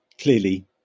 Clearly